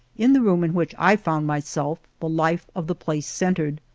in the room in which i found myself the life of the place centred.